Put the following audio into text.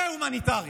זה הומניטרי.